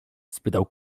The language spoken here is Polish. spytał